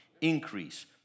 increase